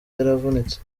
yaravunitse